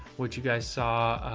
which you guys saw,